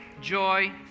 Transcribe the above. Joy